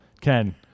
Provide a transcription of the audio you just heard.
Ken